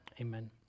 Amen